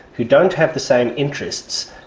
who don't have the same interests,